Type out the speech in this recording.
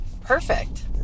Perfect